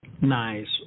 Nice